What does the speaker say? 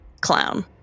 clown